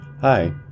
Hi